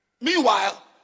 Meanwhile